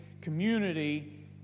community